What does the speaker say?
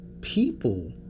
people